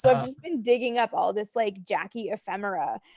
so i've just been digging up all this like jackie ephemera,